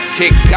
kick